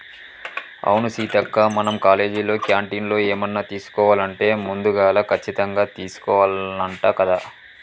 అవును సీతక్క మనం కాలేజీలో క్యాంటీన్లో ఏమన్నా తీసుకోవాలంటే ముందుగాల కచ్చితంగా తీసుకోవాల్నంట కదా